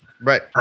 right